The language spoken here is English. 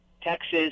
texas